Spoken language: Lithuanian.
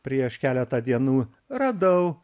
prieš keletą dienų radau